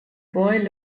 boy